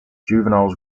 juveniles